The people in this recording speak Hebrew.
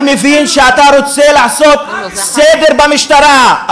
אני מבין שאתה רוצה לעשות סדר במשטרה,